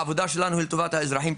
העבודה שלנו היא לטובת האזרחים,